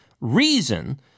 reason